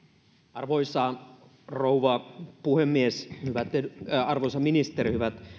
arvoisa rouva puhemies arvoisa ministeri hyvät